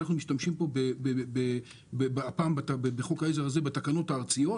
אנחנו משתמשים בחוק העזר הזה בתקנות הארציות,